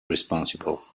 responsible